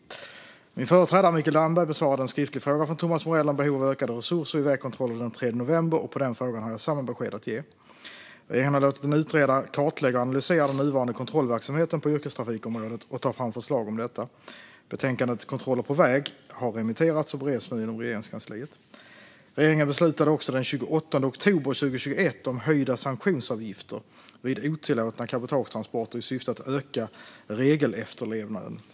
Min företrädare Mikael Damberg besvarade en skriftlig fråga från Thomas Morell om behov av ökade resurser vid vägkontroller den 3 november, och på den frågan har jag samma besked att ge. Regeringen har låtit en utredare kartlägga och analysera den nuvarande kontrollverksamheten på yrkestrafikområdet och ta fram förslag om detta. Betänkandet Kontroller på väg har remitterats och bereds nu inom Regeringskansliet. Regeringen beslutade den 28 oktober 2021 om höjda sanktionsavgifter vid otillåtna cabotagetransporter i syfte att öka regelefterlevnaden.